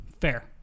Fair